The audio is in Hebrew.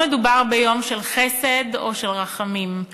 לא מדובר ביום של חסד או של רחמים,